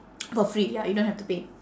for free ya you don't have to pay